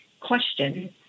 question